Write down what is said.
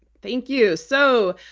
thank you. so,